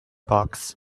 box